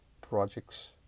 projects